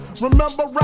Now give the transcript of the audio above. Remember